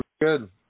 Good